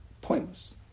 pointless